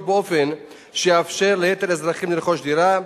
באופן שיאפשר ליתר האזרחים לרכוש דירה,